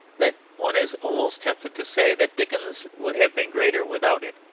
that one is almost tempted to say that dickens would have been greater without it.